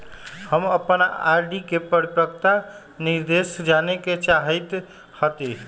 हम अपन आर.डी के परिपक्वता निर्देश जाने के चाहईत हती